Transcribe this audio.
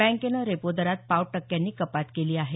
बँकेनं रेपो दरात पाव टक्क्यांनी कपात केली आहे